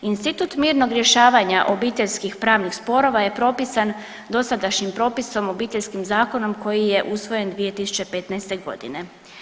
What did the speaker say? Institut mirnog rješavanja obiteljskih pravnih sporova je propisan dosadašnjim propisom Obiteljskim zakonom koji je usvojen 2015.g.